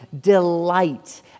delight